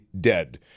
dead